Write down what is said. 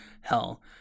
hell